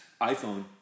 iPhone